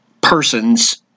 persons